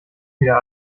wieder